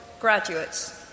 graduates